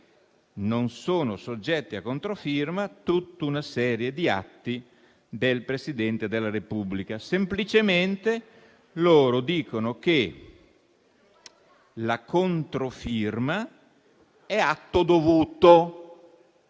non è soggetta a controfirma tutta una serie di atti del Presidente della Repubblica. Semplicemente loro dicono che la controfirma è atto dovuto,